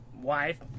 wife